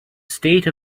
state